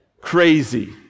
crazy